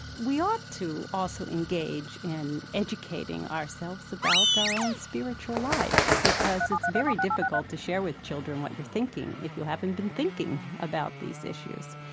we ought to also engage in educating ourselves about our own spiritual lives, because it's very difficult to share with children what you're thinking if you haven't been thinking thinking about these issues.